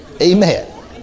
Amen